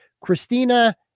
Christina